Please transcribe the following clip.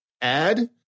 Add